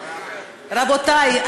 רבותי,